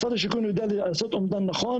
משרד השיכון יודע לעשות אומדן נכון,